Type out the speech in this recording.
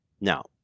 Now